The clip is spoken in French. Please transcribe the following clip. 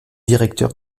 directeur